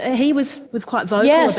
he was was quite vocal yeah